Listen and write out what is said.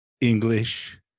English